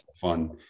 fun